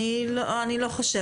אני לא חושבת.